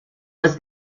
was